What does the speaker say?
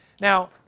Now